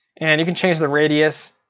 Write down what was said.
and you can change the radius,